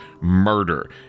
murder